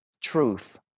truth